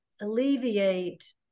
alleviate